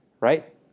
Right